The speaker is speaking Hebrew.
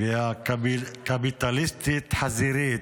והקפיטליסטית החזירית,